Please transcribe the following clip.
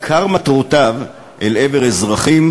עיקר מטרותיו אל עבר אזרחים,